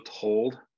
told